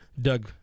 Doug